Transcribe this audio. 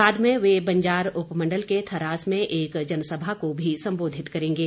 बाद में वे बंजार उपमंडल के थरास में एक जनसभा को भी सम्बोधित करेंगे